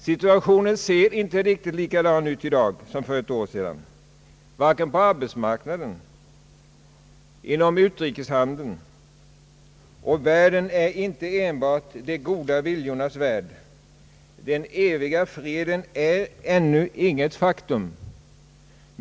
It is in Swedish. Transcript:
Situationen ser inte riktigt likadan ut i dag som för ett år sedan, vare sig på arbetsmarknaden eller inom utrikeshandeln. Världen är inte enbart de goda viljornas värld. Den eviga freden är ännu inget faktum.